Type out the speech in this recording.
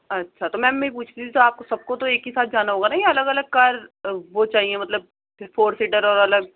اچھا تو میم میں یہ پوچھ رہی تھی کہ آپ کو سب کو تو ایک ہی ساتھ جانا ہوگا نا یا الگ الگ کار وہ چاہئے مطلب فور سیٹر اور الگ